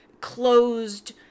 closed